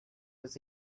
was